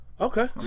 Okay